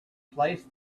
placed